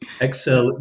Excel